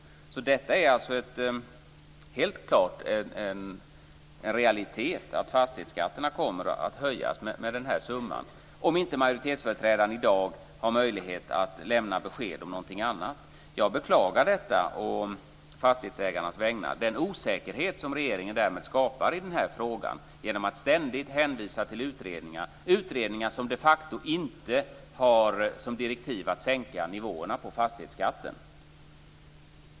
Detta är alltså helt klart en realitet. Fastighetsskatterna kommer att höjas med den här summan, om inte majoritetsföreträdaren i dag har möjlighet att lämna besked om någonting annat. Jag beklagar detta å fastighetsägarnas vägnar, liksom den osäkerhet som regeringen därmed skapar i frågan genom att ständigt hänvisa till utredningar - utredningar som de facto inte har som direktiv att sänka nivåerna på fastighetsskatten.